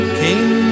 king